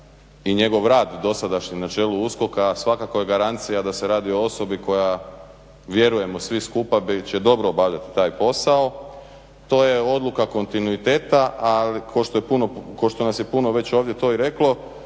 i njegov rad dosadašnji na čelu USKOK-a svakako je garancija da se radi o osobi koja, vjerujemo svi skupa će dobro obavljati taj posao. To je odluka kontinuiteta, a kao što nas je puno već ovdje to i reklo,